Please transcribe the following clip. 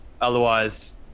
otherwise